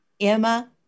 Emma